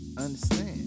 understand